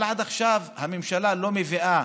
אבל עד עכשיו הממשלה לא מביאה